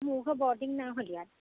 মোৰ ঘৰ বৰটিং নাওহলীয়াত